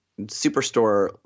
superstore